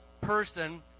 person